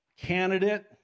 candidate